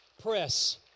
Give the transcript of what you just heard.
Press